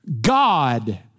God